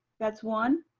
that's one,